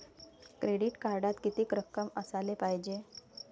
Credit कार्डात कितीक रक्कम असाले पायजे?